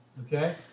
Okay